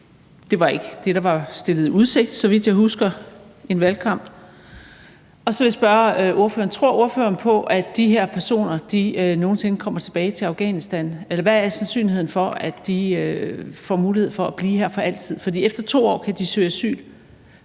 Det var ikke det, der var stillet i udsigt i valgkampen, så vidt jeg husker. Så vil jeg spørge: Tror ordføreren på, at de her personer nogen sinde kommer tilbage til Afghanistan? Hvad er sandsynligheden for, at de får mulighed for at blive her for altid? For efter 2 år kan de søge asyl.